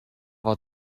war